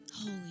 Holy